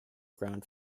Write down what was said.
ground